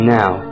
now